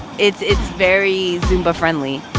it's it's very zumba-friendly